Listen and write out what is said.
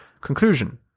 Conclusion